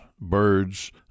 birds